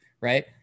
right